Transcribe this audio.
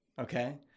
okay